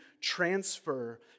transfer